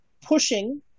pushing